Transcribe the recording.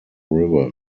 river